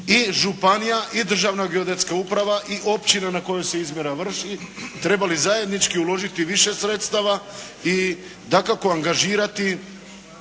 i županija i Državna geodetska uprava i općina na kojoj se izmjera vrši, trebali zajednički uložiti više sredstava i dakako, angažirati